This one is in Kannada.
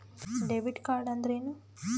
ಡೆಬಿಟ್ ಕಾರ್ಡ್ಅಂದರೇನು?